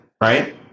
Right